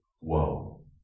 Whoa